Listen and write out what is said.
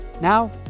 Now